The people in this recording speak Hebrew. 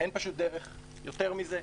דרך יותר מזה.